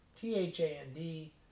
T-H-A-N-D